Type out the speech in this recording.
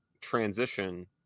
transition